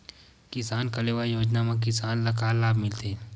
किसान कलेवा योजना म किसान ल का लाभ मिलथे?